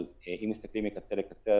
אם מסתכלים מהקצה אל הקצה,